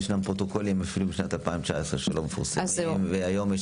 ישנם פרוטוקולים אפילו משנת 2019 שלא מפורסמים והיום יש